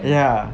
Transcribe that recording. ya